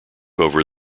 over